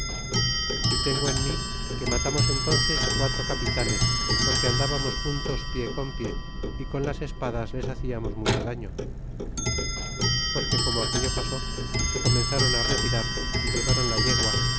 y tengo en mi que matamos entónces quatro capitanes porque andábamos juntos pie con pie y con las espadas les haciamos mucho dallo porque como aquello pasó se comenzaron retirar y llevaron la yegua